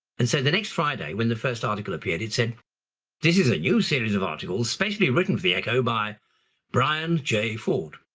and the next friday, when the first article appeared, it said this is a new series of articles especially written for the echo by brian j. ford,